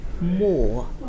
more